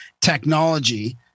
technology